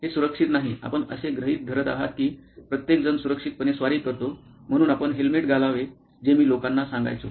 हे सुरक्षित नाही आपण असे गृहीत धरत आहात की प्रत्येकजण सुरक्षितपणे स्वारी करतो म्हणून आपण हेल्मेट घालावे जे मी लोकांना सांगायचो